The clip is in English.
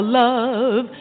love